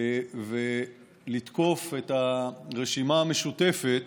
ולתקוף את הרשימה המשותפת,